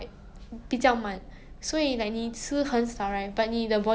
yeah